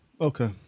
Okay